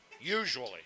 usually